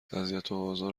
اذیتوآزار